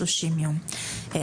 צהריים טובים לכולם, אני